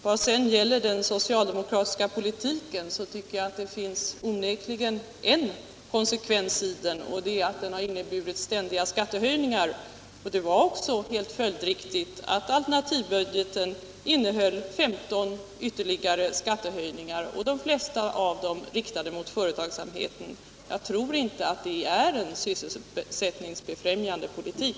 När det gäller den socialdemokratiska politiken vill jag säga att en konsekvens av den har varit ständiga skattehöjningar. Det var därför helt följdriktigt att alternativbudgeten innehöll 15 ytterligare skattehöjningar, de flesta av dem riktade mot företagsamheten. Jag tror inte att det är en sysselsättningsfrämjande politik.